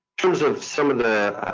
terms of some of the